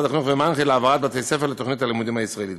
החינוך ומנח"י להעברת בתי-הספר לתוכנית הלימודים הישראלית.